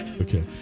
okay